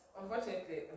Unfortunately